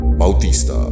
Bautista